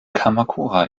kamakura